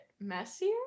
messier